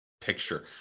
picture